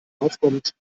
aufkommt